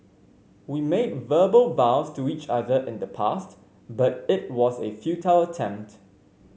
we made verbal vows to each other in the past but it was a futile attempt